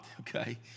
Okay